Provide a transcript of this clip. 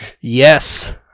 Yes